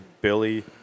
Billy